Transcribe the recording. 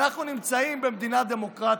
אנחנו נמצאים במדינה דמוקרטית,